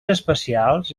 especials